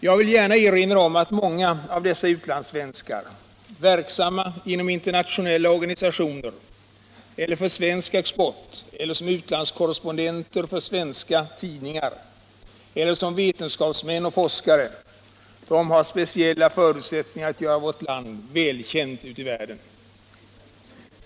Jag vill gärna erinra om att många av dessa utlandssvenskar, verksamma inom internationella organisationer eller för svensk export eller som utlandskorrespondenter för svenska tidningar eller som vetenskapsmän och forskare, har speciella förutsättningar att göra vårt land välkänt 167 ute i världen.